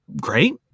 great